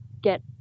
get